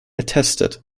attested